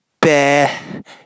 bad